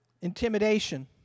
Intimidation